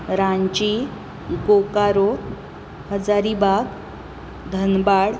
Ranchi Bokaro Hazaribagh Dhanbad